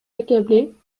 accablée